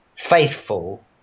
Faithful